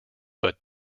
but